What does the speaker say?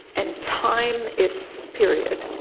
and time its period,